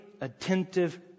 attentive